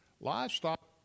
Livestock